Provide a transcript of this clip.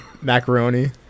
Macaroni